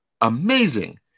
Amazing